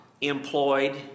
employed